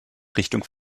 richtung